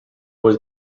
was